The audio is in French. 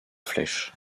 flèche